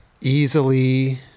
easily